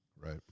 right